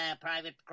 private